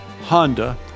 Honda